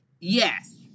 Yes